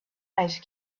ice